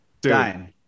Dying